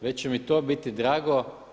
Već će mi to biti drago.